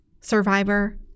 Survivor